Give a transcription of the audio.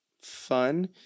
fun